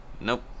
nope